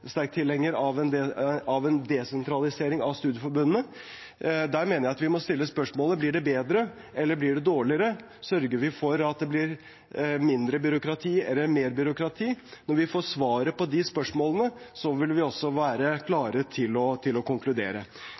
sterkt tilhenger av en desentralisering av studieforbundene. Der mener jeg at vi må stille spørsmålene: Blir det bedre, eller blir det dårligere? Sørger vi for at det blir mindre byråkrati eller mer byråkrati? Når vi får svaret på de spørsmålene, vil vi også være klare til å